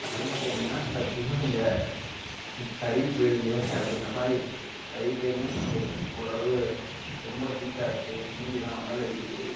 நடந்து போனிங்கன்னா சத்தியமாக நீங்கள் கருகி போயிடுவீங்க அப்படிங்குற மாதிரி கருகி போயிருவிங்கனு சொல்லமுடியாது ஓரளவு ரொம்ப ஹீட்டாக இருக்கது மூஞ்சிலாம் அனல் அடிக்குது